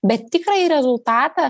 bet tikrąjį rezultatą